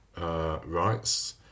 rights